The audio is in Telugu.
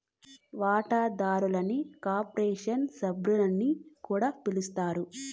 వాటాదారుల్ని కార్పొరేషన్ సభ్యులని కూడా పిలస్తారు